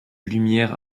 lumières